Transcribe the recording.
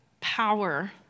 power